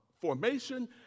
formation